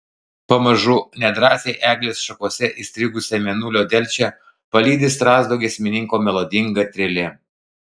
pamažu nedrąsiai eglės šakose įstrigusią mėnulio delčią palydi strazdo giesmininko melodinga trelė